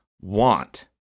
want